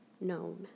known